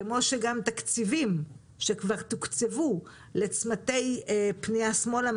כמו שגם תקציבים שכבר תוקצבו לצמתי פנייה שמאלה,